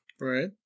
Right